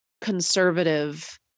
conservative